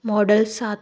model ਸੱਤ